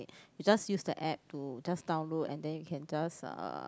you just use the app to just download and then you can just uh